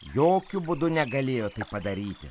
jokiu būdu negalėjo tai padaryti